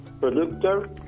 producer